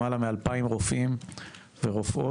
למעלה מ-2,000 רופאים ורופאות.